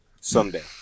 someday